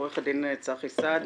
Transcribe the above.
עורך הדין צחי סעד,